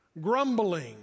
Grumbling